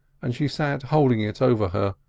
and she sat holding it over her,